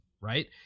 right